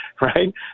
right